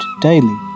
daily